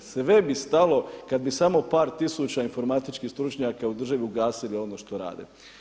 Sve bi stalo kad bi samo par tisuća informatičkih stručnjaka u državi ugasili ono što rade.